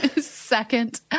Second